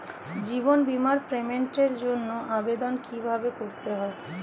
জীবন বীমার পেমেন্টের জন্য আবেদন কিভাবে করতে হয়?